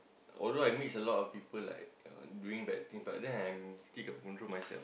although I mix a lot of people like uh doing bad thing but then I'm still can control myself